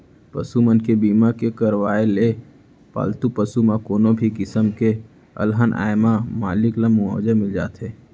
पसु मन के बीमा के करवाय ले पालतू पसु म कोनो भी किसम के अलहन आए म मालिक ल मुवाजा मिल जाथे